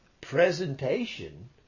presentation